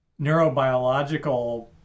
neurobiological